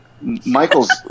Michael's